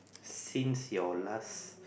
since your last